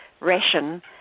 ration